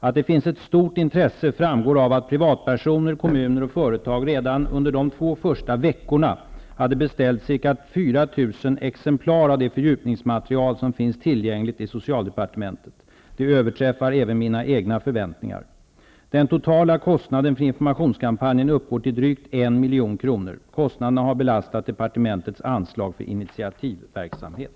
Att det finns ett stort intresse framgår av att pri vatpersoner, kommuner och företag redan under de två första veckorna har beställt ca 4 000 exem plar av det fördjupningsmaterial som finns till gängligt i socialdepartementet. Det överträffar även mina egna förväntningar. Den totala kostnaden för informationskampanjen uppgår till drygt 1 milj.kr. Kostnaderna har belas tat departementets anslag för initiativverksamhet.